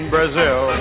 Brazil